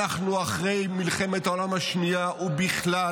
אחרי מלחמת העולם השנייה ובכלל